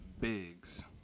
Biggs